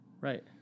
Right